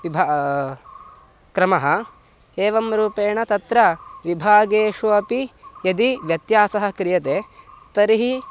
विभा क्रमः एवं रूपेण तत्र विभागेषु अपि यदि व्यत्यासः क्रियते तर्हि